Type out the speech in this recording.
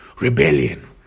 rebellion